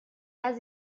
las